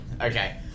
Okay